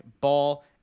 ball